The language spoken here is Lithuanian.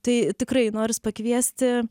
tai tikrai noris pakviesti